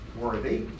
worthy